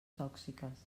tòxiques